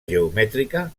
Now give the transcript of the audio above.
geomètrica